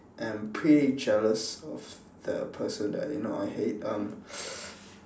am pretty jealous of the person that you know I hate um